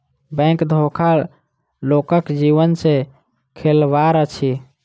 bank धोखा लोकक जीवन सॅ खेलबाड़ अछि